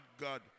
God